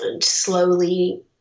slowly